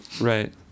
Right